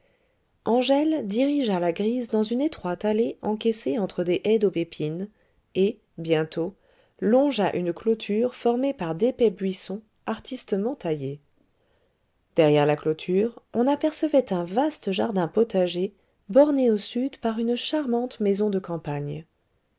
angèle dirigea la grise dans une étroite allée encaissée entre des haies d'aubépines et bientôt longea une clôture formée par d'épais buissons artistement taillés derrière la clôture on apercevait un vaste jardin potager borné au sud par une charmante maison de campagne